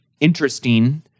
interesting